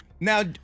Now